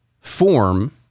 form